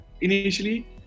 initially